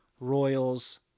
Royals